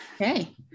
Okay